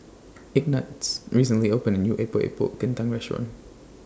Ignatz recently opened A New Epok Epok Kentang Restaurant